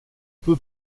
peut